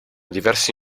diversi